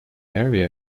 area